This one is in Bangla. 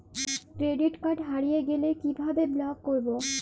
ক্রেডিট কার্ড হারিয়ে গেলে কি ভাবে ব্লক করবো?